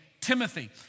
Timothy